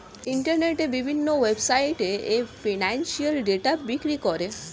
ইন্টারনেটের বিভিন্ন ওয়েবসাইটে এ ফিনান্সিয়াল ডেটা বিক্রি করে